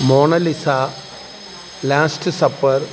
Mona Lisa last supper